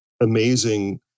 amazing